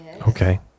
Okay